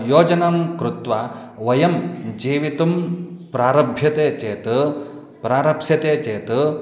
योजनं कृत्वा वयं जीवितुं प्रारभ्यते चेत् प्रारप्स्यते चेत्